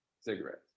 cigarettes